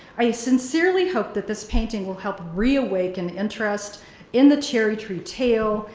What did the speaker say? i sincerely hope that this painting will help reawaken interest in the cherry tree tale,